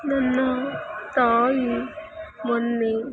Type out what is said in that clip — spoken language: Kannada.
ನನ್ನ ತಾಯಿ ಮೊನ್ನೆ